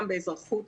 גם באזרחות,